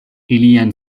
ilian